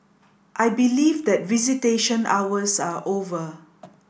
I believe that visitation hours are over